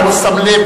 אתה לא שם לב,